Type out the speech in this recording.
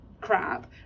crap